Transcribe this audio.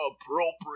appropriate